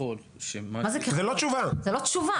ככל --- זו לא תשובה.